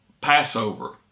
passover